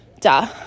duh